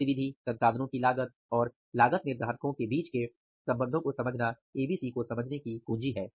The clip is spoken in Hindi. गतिविधि संसाधनों की लागत और लागत निर्धारकों के बीच के संबंधों को समझना एबीसी को समझने की कुंजी है